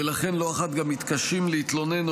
ולכן לא אחת הם גם מתקשים להתלונן או